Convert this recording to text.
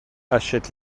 achète